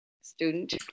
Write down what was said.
student